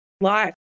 life